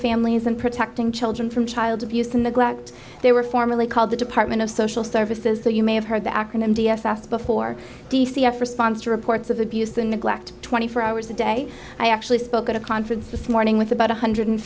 families in protecting children from child abuse and neglect they were formerly called the department of social services so you may have heard the acronym d s s before d c f responds to reports of abuse and neglect twenty four hours a day i actually spoke at a conference this morning with about one hundred